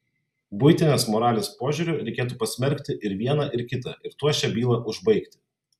buitinės moralės požiūriu reikėtų pasmerkti ir vieną ir kitą ir tuo šią bylą užbaigti